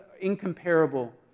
incomparable